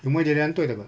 human jadi hantu I takut